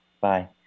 Bye